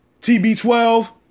TB12